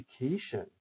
education